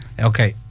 Okay